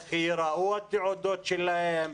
איך ייראו התעודות שלהם?